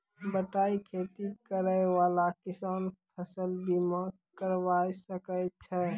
बटाई खेती करै वाला किसान फ़सल बीमा करबै सकै छौ?